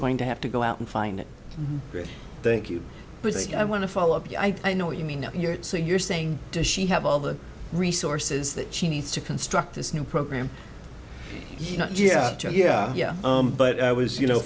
going to have to go out and find it thank you i want to follow up i know what you mean you're so you're saying does she have all the resources that she needs to construct this new program oh yeah yeah but i was you know